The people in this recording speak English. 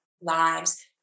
lives